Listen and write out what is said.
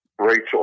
Rachel